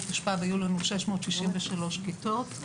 בתשפ"ב היו לנו 663 כיתות.